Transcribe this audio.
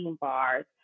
bars